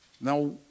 Now